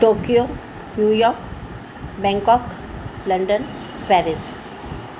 Tokyo New York Bangkok London Paris